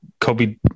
Kobe